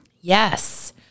Yes